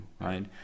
right